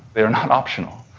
they are not optional,